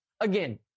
Again